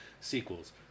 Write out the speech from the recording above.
sequels